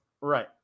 Right